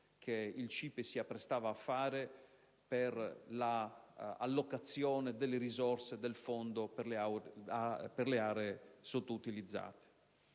che il CIPE si apprestava a fare per la allocazione delle risorse del fondo per le aree sottoutilizzate.